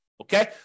Okay